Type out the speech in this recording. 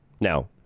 Now